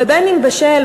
ואם בשל,